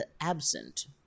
absent